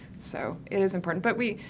so, it is important. but we,